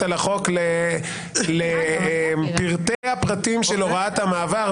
על החוק לפרטי הפרטים של הוראת המעבר.